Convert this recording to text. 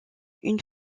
une